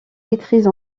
maîtrise